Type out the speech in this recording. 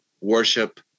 worship